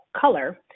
color